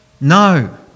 No